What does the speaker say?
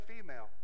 female